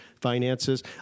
finances